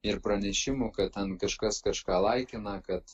ir pranešimų kad ten kažkas kažką laikina kad